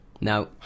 No